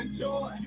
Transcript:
joy